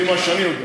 לפי מה שאני יודע,